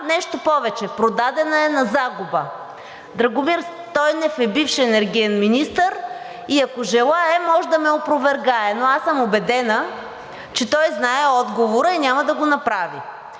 нещо повече, продадена е на загуба. Драгомир Стойнев е бивш енергиен министър и ако желае, може да ме опровергае, но аз съм убедена, че той знае отговора и няма да го направи.